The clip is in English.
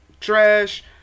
trash